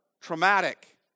Traumatic